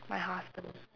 my husband